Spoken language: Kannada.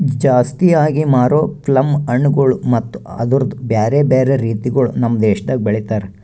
ಜಾಸ್ತಿ ಆಗಿ ಮಾರೋ ಪ್ಲಮ್ ಹಣ್ಣುಗೊಳ್ ಮತ್ತ ಅದುರ್ದು ಬ್ಯಾರೆ ಬ್ಯಾರೆ ರೀತಿಗೊಳ್ ನಮ್ ದೇಶದಾಗ್ ಬೆಳಿತಾರ್